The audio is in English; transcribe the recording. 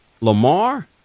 Lamar